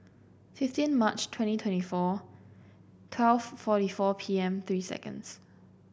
fifteen March twenty twenty four twelve forty four P M three seconds